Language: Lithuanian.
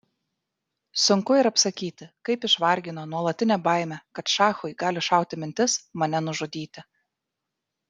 sunku ir apsakyti kaip išvargino nuolatinė baimė kad šachui gali šauti mintis mane nužudyti